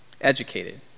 Educated